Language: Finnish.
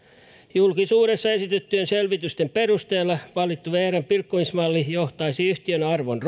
julkisuudessa esitettyjen selvitysten perusteella valittu vrn pilkkomismalli johtaisi yhtiön arvon